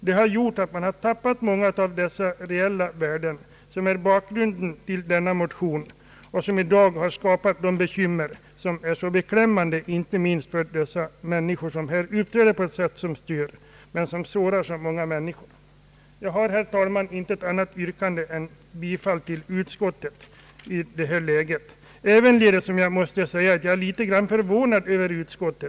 Man har tappat bort många av de värden som utgör bakgrunden till motionen, och det har gjort att vi har fått bekymmer bl.a. på det sättet att somliga människor uppträder störande och vanhelgande. Herr talman! Jag har inget annat yrkande i det här läget än om bifall till utskottets hemställan. Jag måste dock säga att jag är litet förvånad över utskottet.